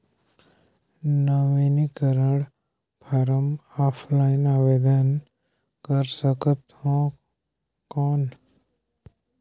नवीनीकरण form offline आवेदन कर सकत हो कौन?